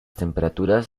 temperaturas